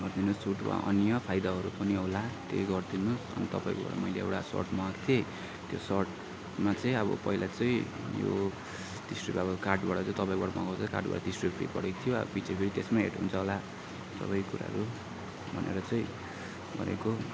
छुट वा अन्य फाइदाहरू पनि होला त्यही गरिदिनु होस् अनि तपाईँकोबाट मैले एउटा सर्ट मगाएको थिएँ त्यो सर्टमा चाहिँ अब पहिला चाहिँ यो तिस रुपियाँको कार्डबाट चाहिँ तपाईँकोबाट मगाउँदा चाहिँ कार्डबाट तिस रुपियाँ परेको थियो पछि फेरि त्यसमै एड हुन्छ होला सबै कुराहरू भनेर चाहिँ गरेको